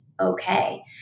okay